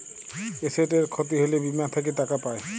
এসেটের খ্যতি হ্যলে বীমা থ্যাকে টাকা পাই